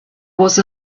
was